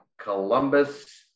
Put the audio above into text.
Columbus